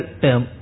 term